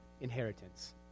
inheritance